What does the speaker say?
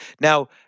Now